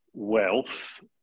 wealth